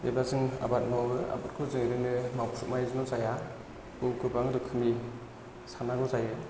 एबा जों आबाद मावो आबादखौ जों ओरैनो मावख्रुबनायजोंल' जाया बेयाव गोबां रोखोमनि साननांगौ जायो